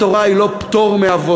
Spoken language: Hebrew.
התורה היא לא פטור מעבודה.